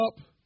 up